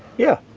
yeah.